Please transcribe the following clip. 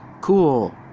cool